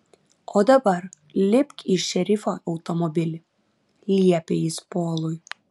o dabar lipk į šerifo automobilį liepė jis polui